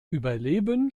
überleben